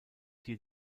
hier